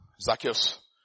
Zacchaeus